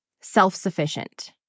self-sufficient